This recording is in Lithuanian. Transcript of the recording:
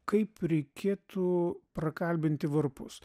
kaip reikėtų prakalbinti varpus